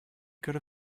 could